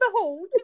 behold